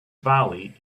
valley